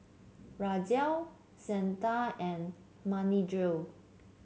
Razia Santha and Manindra